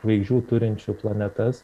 žvaigždžių turinčių planetas